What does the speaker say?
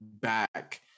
back